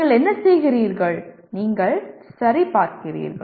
நீங்கள் என்ன செய்கிறீர்கள் நீங்கள் சரிபார்க்கிறீர்கள்